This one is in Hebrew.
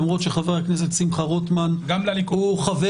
למרות שחבר הכנסת שמחה רוטמן הוא חבר